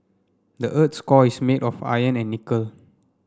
the earth's core is made of iron and nickel